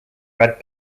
red